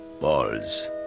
balls